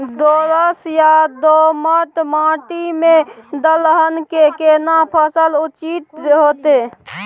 दोरस या दोमट माटी में दलहन के केना फसल उचित होतै?